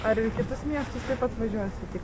ar ir į kitus miestus taip pat važiuosit į